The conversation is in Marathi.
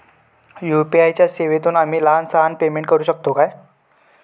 यू.पी.आय च्या सेवेतून आम्ही लहान सहान पेमेंट करू शकतू काय?